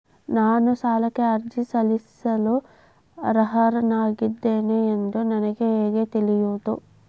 ನಾನು ಸಾಲಕ್ಕೆ ಅರ್ಜಿ ಸಲ್ಲಿಸಲು ಅರ್ಹನಾಗಿದ್ದೇನೆ ಎಂದು ನನಗೆ ಹೇಗೆ ತಿಳಿಯುವುದು?